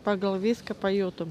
pagal viską pajutome